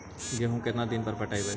गेहूं केतना दिन पर पटइबै?